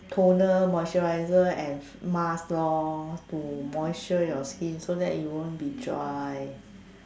toner moisturizer and mask lor to moisture your skin so that it won't be dry